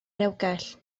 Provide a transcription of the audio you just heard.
rewgell